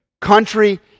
country